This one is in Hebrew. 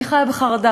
אני חיה בחרדה.